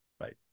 Right